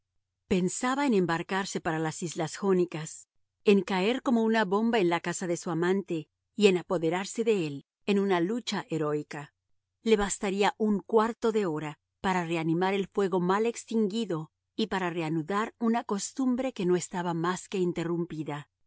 pensaba en embarcarse para las islas jónicas en caer como una bomba en la casa de su amante y en apoderarse de él en una lucha heroica le bastaría un cuarto de hora para reanimar el fuego mal extinguido y para reanudar una costumbre que no estaba más que interrumpida